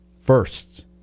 first